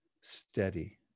steady